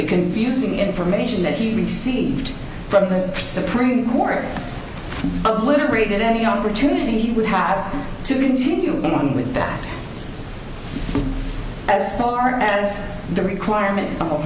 confusing information that he received from the supreme court obliterated any opportunity he would have to continue with that as far as the requirement